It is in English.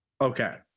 Okay